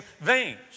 veins